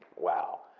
wow.